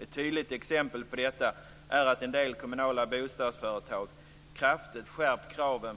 Ett tydligt exempel på detta är att en del kommunala bostadsföretag kraftigt skärpt kraven